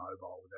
mobile